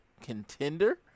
contender